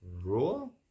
rule